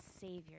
Savior